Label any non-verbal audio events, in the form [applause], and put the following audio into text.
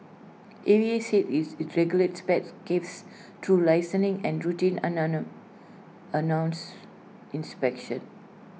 A V A said is regulates pet cafes through licensing and routine [unintelligible] announced inspections